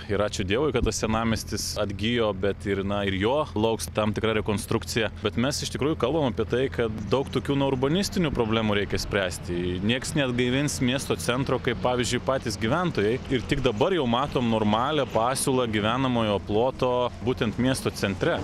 ir ačiū dievui kad tas senamiestis atgijo bet ir na ir jo lauks tam tikra rekonstrukcija bet mes iš tikrųjų kalbam apie tai kad daug tokių na urbanistinių problemų reikia spręsti nieks neatgaivins miesto centro kaip pavyzdžiui patys gyventojai ir tik dabar jau matom normalią pasiūlą gyvenamojo ploto būtent miesto centre